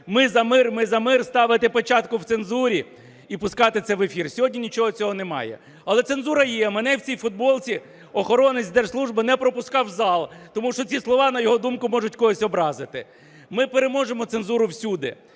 "ми за мир, ми за мир", ставити печатку в цензурі і пускати це в ефір. Сьогодні нічого цього немає. Але цензура є. Мене в цій футболці охоронець держслужби не пропускав в зал, тому що ці слова, на його думку, можуть когось образити. Ми переможемо цензуру всюди.